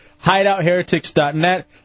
Hideoutheretics.net